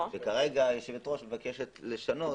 כרגע היושבת-ראש מבקשת לשנות.